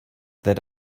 that